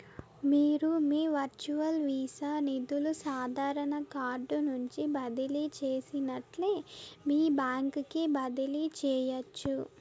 మీరు మీ virtual visa నిదులు సాదారన కార్డు నుంచి బదిలీ చేసినట్లే మీ బాంక్ కి బదిలీ చేయచ్చు